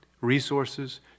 resources